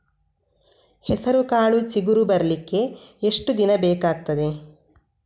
ಹೆಸರುಕಾಳು ಚಿಗುರು ಬರ್ಲಿಕ್ಕೆ ಎಷ್ಟು ದಿನ ಬೇಕಗ್ತಾದೆ?